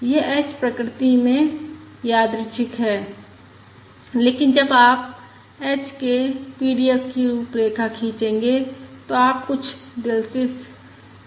यह h प्रकृति में यादृच्छिक है लेकिन जब आप h के PDF की रूपरेखा खीचेंगे तो आप कुछ दिलचस्प देखेंगे